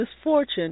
misfortune